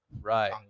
Right